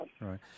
Right